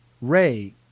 ray